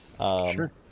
Sure